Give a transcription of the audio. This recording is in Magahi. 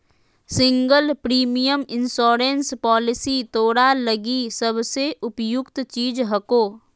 सिंगल प्रीमियम इंश्योरेंस पॉलिसी तोरा लगी सबसे उपयुक्त चीज हको